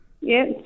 Yes